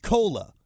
Cola